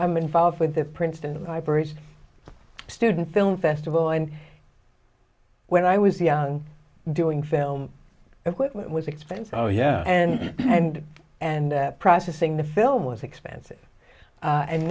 i'm involved with that princeton libraries student film festival and when i was young doing film equipment was expensive yeah and and and processing the film was expensive